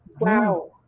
wow